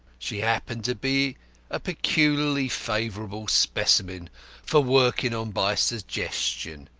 she happened to be a peculiarly favourable specimen for working on by suggestion,